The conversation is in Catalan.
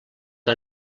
que